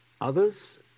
Others